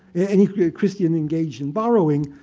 any christian engaged in borrowing,